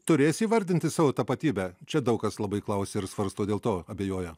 turės įvardinti savo tapatybę čia daug kas labai klausė ir svarsto dėl to abejoja